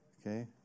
Okay